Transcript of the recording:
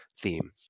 theme